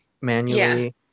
manually